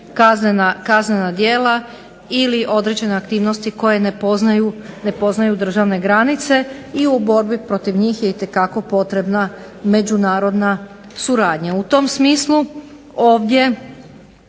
kaznena djela ili određene aktivnosti koje ne poznaju određene granice i u borbi protiv njih je itekako potrebna međunarodna suradnja. U tom smislu se ovdje